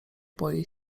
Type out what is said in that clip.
boi